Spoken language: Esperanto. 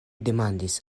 demandis